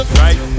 right